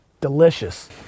delicious